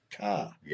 car